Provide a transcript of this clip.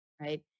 right